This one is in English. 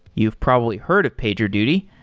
you've probably heard of pagerduty.